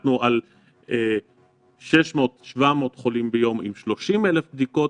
כשאנחנו על 600 700 חולים ביום עם 30,000 בדיקות,